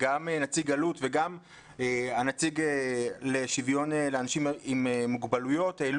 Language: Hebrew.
גם נציג אלו"ט וגם נציג נציבות שוויון זכויות לאנשים עם מוגבלויות העלו